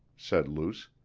said luce,